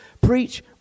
preach